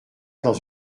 dans